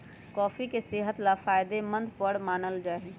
coffee के सेहत ला फायदेमंद पर मानल जाहई